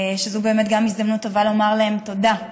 שזו באמת גם הזדמנות טובה לומר להם תודה,